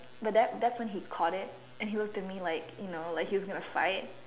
but that that's when he caught it and he was to me like you know he was going to fight